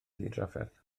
ddidrafferth